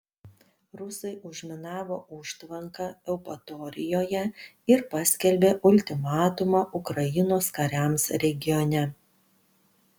rusai užminavo užtvanką eupatorijoje ir paskelbė ultimatumą ukrainos kariams regione